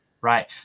Right